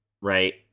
right